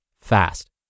fast